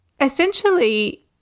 essentially